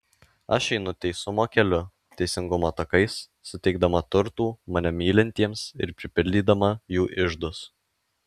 aš einu teisumo keliu teisingumo takais suteikdama turtų mane mylintiems ir pripildydama jų iždus